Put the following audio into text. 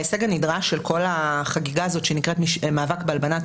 ההישג הנדרש של כל החגיגה הזאת שנקראת מאבק בהלבנת